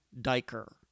Diker